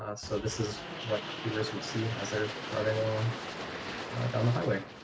ah so this is what viewers would see as they're driving along down the highway.